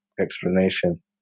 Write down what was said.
Explanation